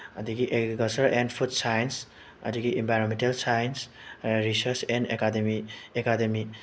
ꯑꯗꯒꯤ agriculture and food science ꯑꯗꯒꯤ environmental science resources and academy academy